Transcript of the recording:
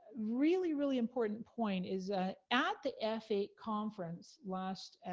really, really important point is ah at the f eight conference last